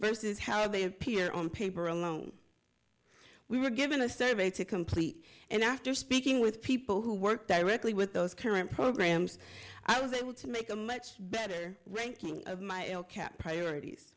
versus how they appear on paper alone we were given a survey to complete and after speaking with people who work directly with those current programs i was able to make a much better ranking of my al capp priorities